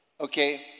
okay